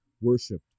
worshipped